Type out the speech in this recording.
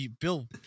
Bill